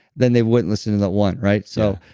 then they wouldn't listen to that one, right? so,